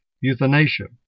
Euthanasia